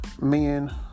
men